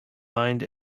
lined